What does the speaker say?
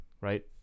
Right